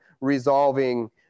resolving